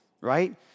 right